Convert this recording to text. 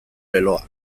leloa